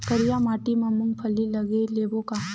करिया माटी मा मूंग फल्ली लगय लेबों का?